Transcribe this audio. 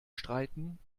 streiten